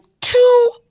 two